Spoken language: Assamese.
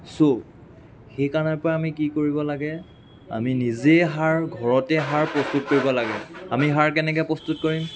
ছ' সেইকাৰণৰ পৰা আমি কি কৰিব লাগে আমি নিজেই সাৰ ঘৰতে সাৰ প্ৰস্তুত কৰিব লাগে আমি সাৰ কেনেকৈ প্ৰস্তুত কৰিম